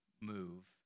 move